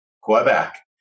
Quebec